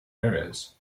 areas